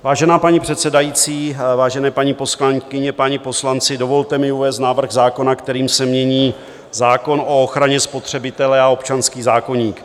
Vážená paní předsedající, vážené paní poslankyně, páni poslanci, dovolte mi uvést návrh zákona, kterým se mění zákon o ochraně spotřebitele a občanský zákoník.